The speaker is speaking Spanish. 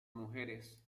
mujeres